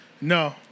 No